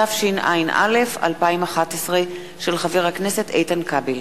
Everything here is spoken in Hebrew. התשע”א 2011, של חבר הכנסת איתן כבל.